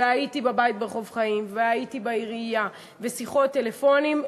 והייתי בבית ברחוב חיים והייתי בעירייה ושיחות וטלפונים,